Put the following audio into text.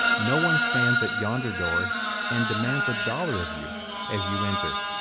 no one stands at yonder door and demands a dollar of you as you enter.